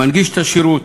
מנגיש את השירות.